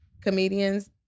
comedians